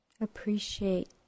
appreciate